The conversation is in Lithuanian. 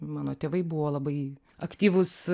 mano tėvai buvo labai aktyvūs